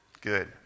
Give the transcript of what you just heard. good